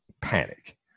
panic